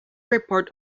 report